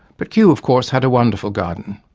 but kew of course had a wonderful garden.